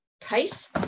Tice